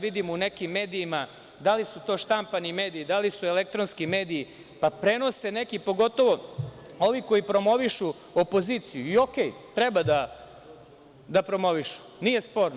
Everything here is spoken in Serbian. Vidim u nekim medijima, da li su to štampani mediji, da li su elektronski mediji, pa prenose neki, pogotovo ovi koji promovišu opoziciju i uredu je, treba da promovišu, nije sporno.